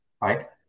right